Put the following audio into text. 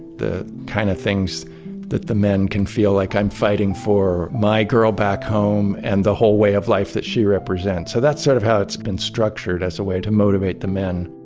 the kind of things that the men can feel like, i'm fighting for my girl back home and the whole way of life that she represents, so that's sort of how it's been structured as a way to motivate the men.